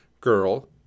girl